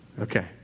Okay